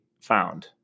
found